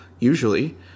usually